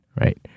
right